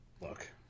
look